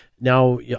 now